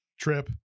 trip